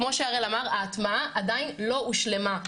כמו שהראל אמר, ההטמעה עדיין לא הושלמה.